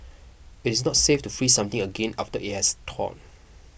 it is not safe to freeze something again after it has thaw